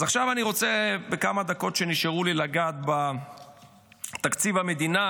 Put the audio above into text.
אז עכשיו אני רוצה בכמה דקות שנשארו לי לגעת בתקציב המדינה,